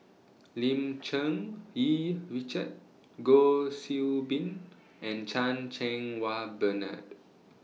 Lim Cherng Yih Richard Goh Qiu Bin and Chan Cheng Wah Bernard